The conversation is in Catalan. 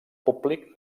públic